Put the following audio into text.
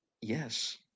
Yes